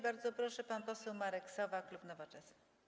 Bardzo proszę, pan poseł Marek Sowa, klub Nowoczesna.